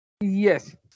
Yes